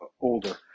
older